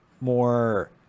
more